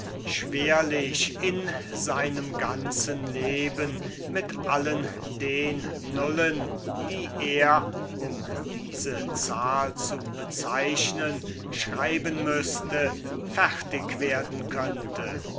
hat in zweihundert jahren mit allen den nullen die er um diese zahl zu bezeichnen schreiben müßte kaum fertig werden könnte